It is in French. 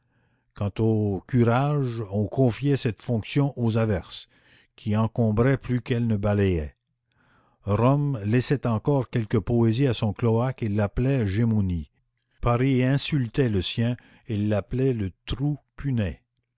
quant au curage on confiait cette fonction aux averses qui encombraient plus qu'elles ne balayaient rome laissait encore quelque poésie à son cloaque et l'appelait gémonies paris insultait le sien et l'appelait le trou punais